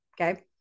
Okay